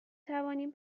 توانیم